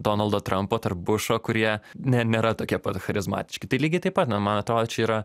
donaldo trampo tarp bušo kurie ne nėra tokie pat charizmatiški tai lygiai taip pat na man atrodo čia yra